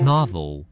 Novel